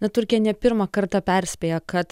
na turkija ne pirmą kartą perspėja kad